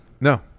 No